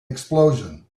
explosion